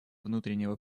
внутреннего